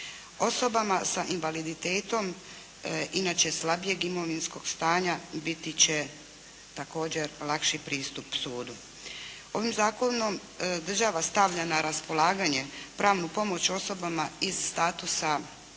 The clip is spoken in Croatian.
Osobama sa invaliditetom, inače slabijeg imovinskog stanja biti će također lakši pristup sudu. Ovim zakonom država stavlja na raspolaganje pravnu pomoć osobama iz statusa